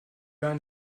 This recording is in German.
gar